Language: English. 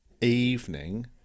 evening